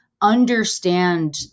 understand